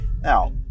Now